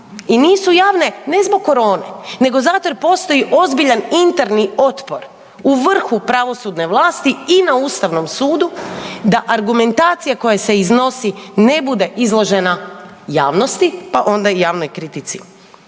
I nisu javne ne zbog korone, nego zato jer postoji interni otpor u vrhu pravosudne vlasti i na Ustavnom sudu da argumentacija koja se iznosi ne bude izložena javnosti, pa onda i javnoj kritici.